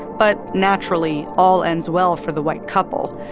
but naturally, all ends well for the white couple.